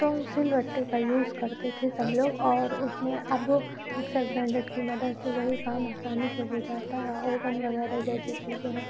तो सिल बत्ते का यूज करते थे सब लोग और उसमें अब मिक्सर ग्राइंडर की मदद से वही काम आसानी से हो जाता है ओवन वग़ैरह जैसी चीजैन हम